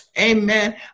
Amen